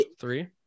three